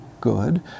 good